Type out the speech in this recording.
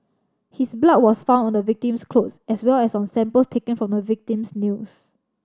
his blood was found on the victim's clothes as well as on samples taken from the victim's nails